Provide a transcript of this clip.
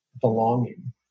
belonging